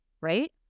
Right